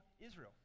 Israel